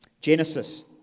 Genesis